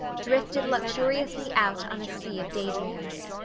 drifted luxuriously out on a sea of daydreams.